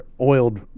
oiled